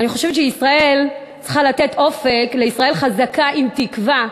אני חושבת שישראל צריכה לתת אופק לישראל חזקה עם תקווה,